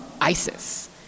ISIS